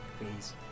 please